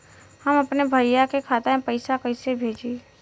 हम अपने भईया के खाता में पैसा कईसे भेजी?